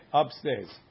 upstairs